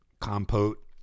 Compote